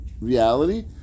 reality